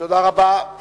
תודה רבה.